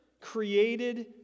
created